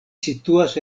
situas